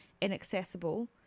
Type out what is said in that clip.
inaccessible